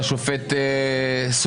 לא, אבל איך איל עשה את הרישום.